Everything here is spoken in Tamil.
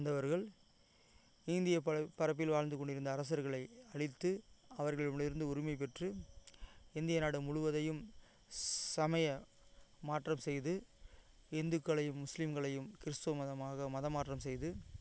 வந்தவர்கள் இந்திய பரப் பரப்பில் வாழ்ந்து கொண்டிருந்த அரசர்களை அழித்து அவர்களிடமிருந்து உரிமை பெற்று இந்திய நாடு முழுவதையும் சமய மாற்றம் செய்து இந்துக்களையும் முஸ்லிம்களையும் கிறிஸ்துவ மதமாக மதமாற்றம் செய்து